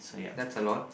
that's a lot